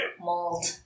Mold